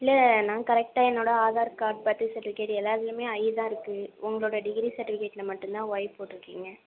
இல்லை நான் கரெக்டாக என்னோட ஆதார் கார்ட் பர்த் சர்டிஃபிகேட் எல்லாத்துலையுமே ஐ தான் இருக்கு உங்களோட டிகிரி சர்டிஃபிகேட்டில் மட்டும்தான் ஒய் போட்டுருக்கீங்க